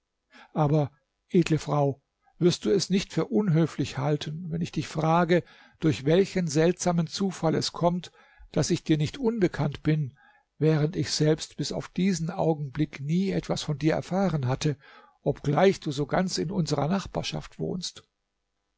aber edle frau wirst du es nicht für unhöflich halten wenn ich dich frage durch welchen seltsamen zufall es kommt daß ich dir nicht unbekannt bin während ich selbst bis auf diesen augenblick nie etwas von dir erfahren hatte obgleich du so ganz in unserer nachbarschaft wohnst